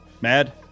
mad